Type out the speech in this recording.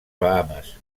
bahames